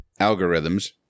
algorithms